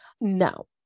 no